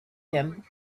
him